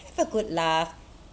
have a good laugh